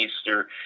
Easter